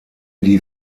die